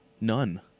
None